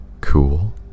Cool